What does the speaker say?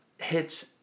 hits